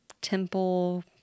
temple